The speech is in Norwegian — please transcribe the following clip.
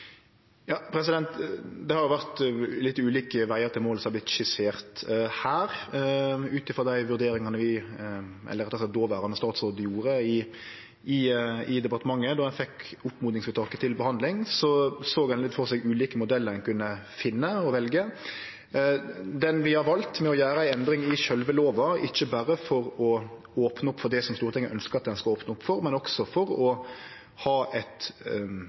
Det har vorte skissert litt ulike vegar til målet her. I dei vurderingane dåverande statsråd gjorde i departementet då ein fekk oppmodingsvedtaket til behandling, såg ein for seg litt ulike modellar ein kunne finne og velje. Den vi har valt med å gjere endring i sjølve lova, ikkje berre for å opne opp for det som Stortinget ønskte at ein skulle opne opp for, men også for å ha eit